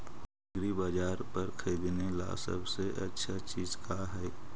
एग्रीबाजार पर खरीदने ला सबसे अच्छा चीज का हई?